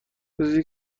روزی